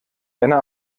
einer